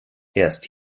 erst